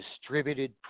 distributed